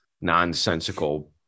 nonsensical